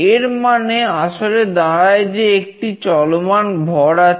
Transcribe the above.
এর মানে আসলে দাঁড়ায় যে একটি চলমান ভর আছে